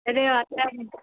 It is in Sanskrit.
त अत्र